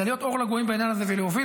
אלא להיות אור לגויים בעניין הזה ולהוביל,